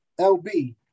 LB